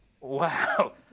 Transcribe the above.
Wow